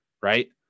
right